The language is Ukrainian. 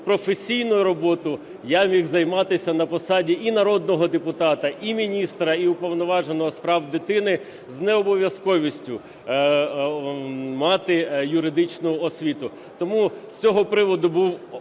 професійною роботою я міг займатися на посаді і народного депутата, і міністра, і Уповноваженого з прав дитини з необов'язковістю мати юридичну освіту. Тому з цього приводу була